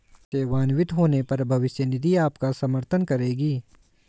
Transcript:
सेवानिवृत्त होने पर भविष्य निधि आपका समर्थन करेगी